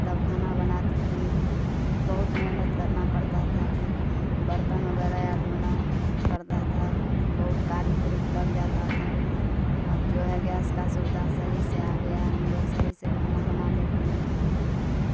تب کھانا بناتی تھی بہت محنت کرنا پڑتا تھا برتن وغیرہ اور دھونا پڑتا تھا بہت کالک اولک لگ جاتا تھا اب جو ہے گیس کا سودھا صحیح سے آ گیا ہم لوگ صحیح سے کھانا بنا لیتے ہیں